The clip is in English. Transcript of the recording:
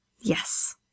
Yes